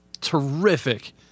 terrific